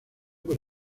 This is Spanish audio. por